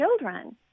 children